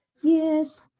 Yes